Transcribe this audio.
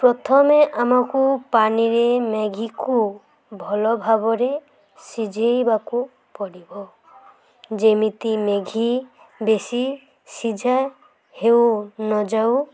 ପ୍ରଥମେ ଆମକୁ ପାଣିରେ ମ୍ୟାଗିକୁ ଭଲ ଭାବରେ ସିଝେଇବାକୁ ପଡ଼ିବ ଯେମିତି ମ୍ୟାଗି ବେଶୀ ସିଝା ହେଉ ନଯାଉ